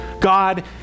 God